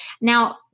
Now